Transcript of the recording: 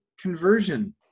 conversion